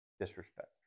disrespect